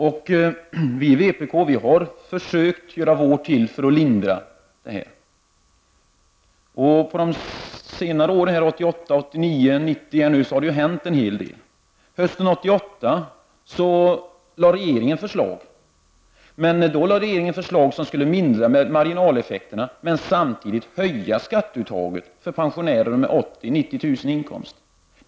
Vi i vpk har från vårt håll försökt att bidra till att lindra dessa effekter. Det har hänt en hel del under åren 1988, 1989 och 1990. Hösten 1988 lade regeringen fram förslag som skulle lindra marginaleffekterna men samtidigt höja skatteuttaget för pensionärer med 80 000-90 000 kr. i inkomst.